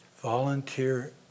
volunteer